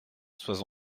sois